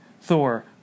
Thor